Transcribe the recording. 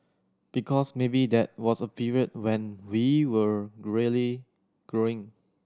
because maybe that was a period when we were really growing